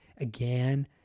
again